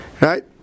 right